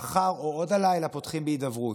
ומחר או עוד הלילה פותחים בהידברות.